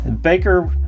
Baker